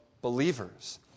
believers